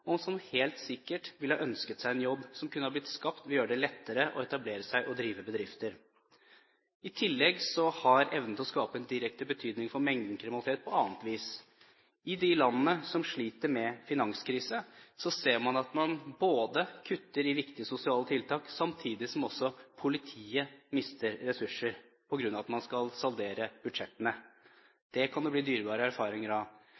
og som helt sikkert ville ønsket seg en jobb som kunne vært skapt ved å gjøre det lettere å etablere seg og drive bedrifter, og som i tillegg har evnen til å skape en direkte betydning for mengden kriminalitet på annet vis. I de landene som sliter med finanskrise, ser man at man kutter i viktige sosiale tiltak samtidig som politiet mister ressurser på grunn av at man skal saldere budsjettene. Det kan det bli dyrebare erfaringer av.